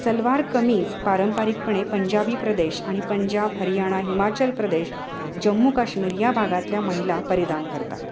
सलवार कमीज पारंपरिकपणे पंजाबी प्रदेश आणि पंजाब हरियाणा हिमाचल प्रदेश जम्मू काश्मीर या भागातल्या महिला परिधान करतात